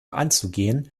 anzugehen